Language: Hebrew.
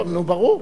נו, ברור.